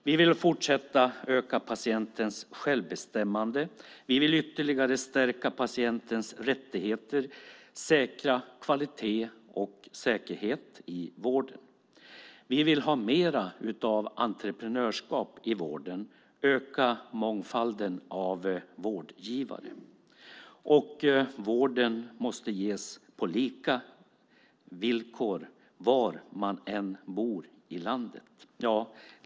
Vi vill fortsätta att öka patientens självbestämmande, ytterligare stärka patientens rättigheter och säkra kvalitet och säkerhet i vården. Vi vill ha mer av entreprenörskap i vården och öka mångfalden av vårdgivare. Vården måste ges på lika villkor var man än bor i landet.